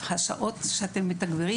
השעות שאתם מתגברים,